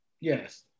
Yes